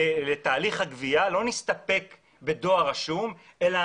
לתהליך הגבייה לא נסתפק בדואר רשום אלא